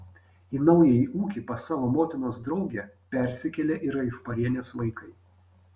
į naująjį ūkį pas savo motinos draugę persikėlė ir aišparienės vaikai